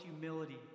humility